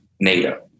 NATO